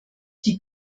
die